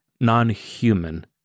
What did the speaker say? non-human